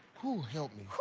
hoo. help me.